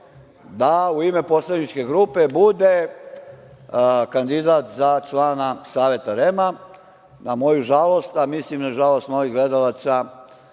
da u ime poslaničke grupe bude kandidat za člana Saveta REM-a. Na moju žalost, a mislim i na žalost mnogih gledalaca